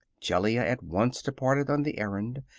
jellia at once departed on the errand,